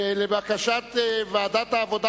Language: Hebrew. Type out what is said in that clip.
לבקשת ועדת העבודה,